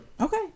Okay